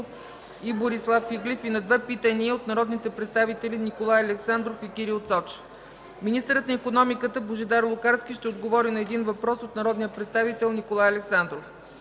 и Борислав Иглев и на две питания от народните представители Николай Александров, и Кирил Цочев; – министърът на икономиката Божидар Лукарски ще отговори на един въпрос от народния представител Николай Александров;